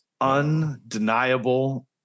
undeniable